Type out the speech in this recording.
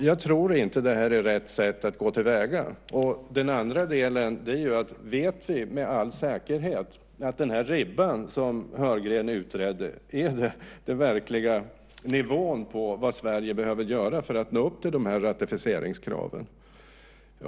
Jag tror inte att det är rätta sättet att gå till väga. Sedan har vi den andra delen. Vet vi med all säkerhet att den ribba som Heurgren utrett är den verkliga nivån för vad Sverige behöver göra för att nå upp till ratificeringskraven?